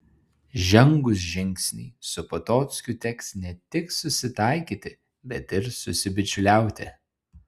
žengus žingsnį su potockiu teks ne tik susitaikyti bet ir susibičiuliauti